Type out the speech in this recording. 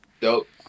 Dope